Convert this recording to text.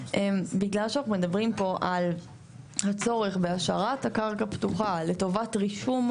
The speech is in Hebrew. בגלל שאנחנו מדברים פה על הצורך בהשארת הקרקע פתוחה לטובת רישום,